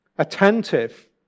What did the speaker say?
Attentive